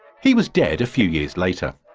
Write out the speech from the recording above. he was dead a few years later.